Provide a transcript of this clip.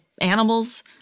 animals